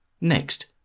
Next